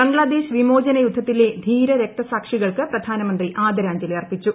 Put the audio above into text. ബംഗ്ലാദേശ് വിമോചന യുദ്ധത്തിലെ ധീരരക്തസാക്ഷികൾക്ക് പ്രധാനമന്ത്രി ആദരാഞ്ജലി അർപ്പിച്ചു